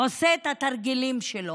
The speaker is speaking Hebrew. עושה את התרגילים שלו?